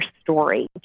story